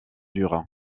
dur